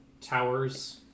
towers